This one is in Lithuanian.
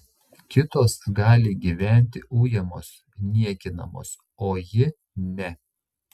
kitos gali gyventi ujamos niekinamos o ji ne